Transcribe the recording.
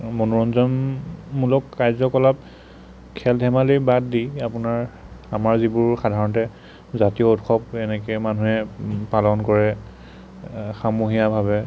মনোৰঞ্জনমূলক কাৰ্যকলাপ খেল ধেমালি বাদ দি আপোনাৰ আমাৰ যিবোৰ সাধাৰণতে জাতীয় উৎসৱ এনেকৈ মানুহে পালন কৰে সমূহীয়াভাৱে